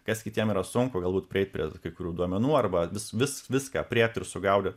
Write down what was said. kas kitiem yra sunku galbūt prieit prie kai kurių duomenų arba vis vis viską aprėpti ir sugaudyt